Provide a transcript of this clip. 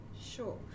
Sure